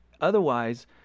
Otherwise